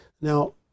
Now